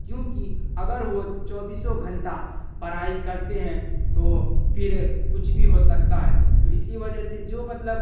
کیونکہ اگر وہ چوبیسوں گھنٹہ پڑھائی کرتے ہیں تو پھر کچھ بھی ہو سکتا ہے تو اسی وجہ سے جو مطلب